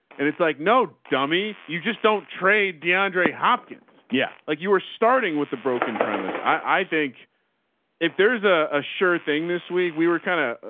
and it's like, no dummy. you just don't trade deandre hopkins. like yeah ah you were starting with the broken premise. i think if there's a ah shirt thing this week, we were kinda,